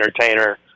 entertainer